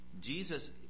Jesus